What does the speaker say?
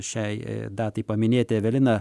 šiai datai paminėti evelina